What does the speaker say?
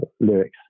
lyrics